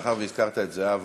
מאחר שהזכרת את זהבה,